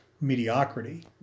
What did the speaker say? mediocrity